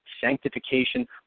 sanctification